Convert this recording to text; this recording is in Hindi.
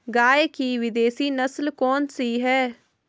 गाय की विदेशी नस्ल कौन सी है?